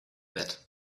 that